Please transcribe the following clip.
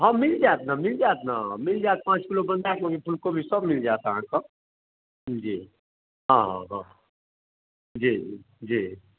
हँ मिल जायत ने मिल जायत ने मिल जायत पाँच किलो बन्धाकोबी फूलकोबी सभ मिल जायत अहाँकेँ जी आ हँ हँ जी जी